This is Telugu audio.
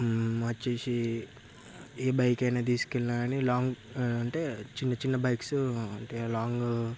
వచ్చేసి ఏ బైక్ అయినా తీసుకెళ్లిన కాని లాంగ్ అంటే చిన్న చిన్న బైక్స్ అంటే లాంగ్